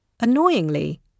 Annoyingly